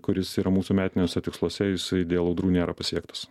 kuris yra mūsų metiniuose tiksluose jisai dėl audrų nėra pasiektas